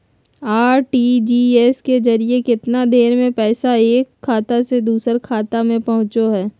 RTGS के जरिए कितना देर में पैसा एक खाता से दुसर खाता में पहुचो है?